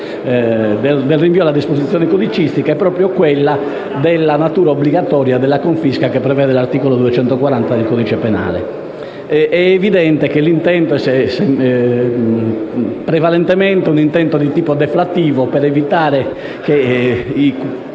del rinvio alla disposizione codicistica è proprio per la natura obbligatoria della confisca prevista dall'articolo 240 del codice penale. È evidente che l'intento è prevalentemente di tipo deflattivo, onde evitare che i